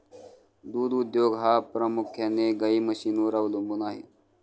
दूध उद्योग हा प्रामुख्याने गाई म्हशींवर अवलंबून आहे